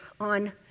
on